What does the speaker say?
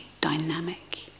dynamic